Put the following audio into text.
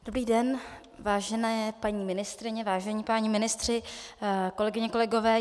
Dobrý den, vážené paní ministryně, vážení páni ministři, kolegyně, kolegové.